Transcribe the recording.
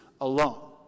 alone